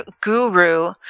Guru